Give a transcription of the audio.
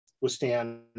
withstand